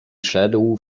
szedł